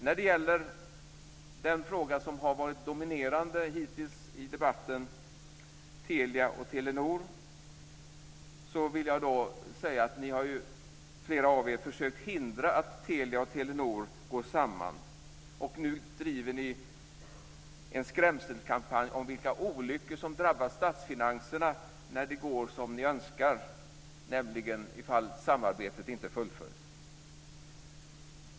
När det gäller den fråga som har varit dominerande hittills i debatten, Telia och Telenor, har flera av er försökt hindra att Telia och Telenor går samman. Nu driver ni en skrämselkampanj om vilka olyckor som drabbar statsfinanserna när det går som ni önskar, nämligen ifall samarbetet inte fullföljs.